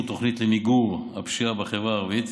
התוכנית למיגור הפשיעה בחברה הערבית,